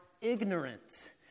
ignorant